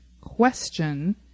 question